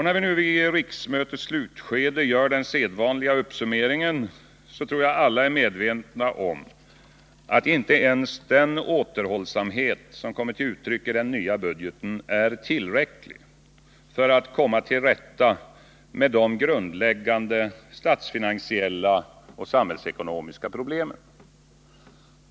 När vi nu vid riksmötets slutskede gör den sedvanliga uppsummeringen, tror jag alla är medvetna om att inte ens den återhållsamhet som kommer till uttryck i den nya budgeten är tillräcklig för att komma till rätta med de grundläggande statsfinansiella och samhällsekonomiska problemen.